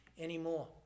anymore